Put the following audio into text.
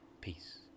peace